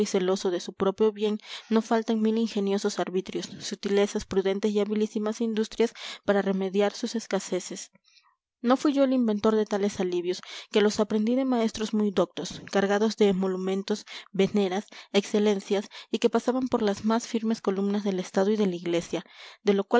celoso de su propio bien no faltan mil ingeniosos arbitrios sutilezas prudentes y habilísimas industrias para remediar sus escaseces no fui yo el inventor de tales alivios que los aprendí de maestros muy doctos cargados de emolumentos veneras excelencias y que pasaban por las más firmes columnas del estado y de la iglesia de lo